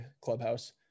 clubhouse